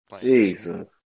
Jesus